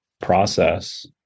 process